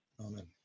Amen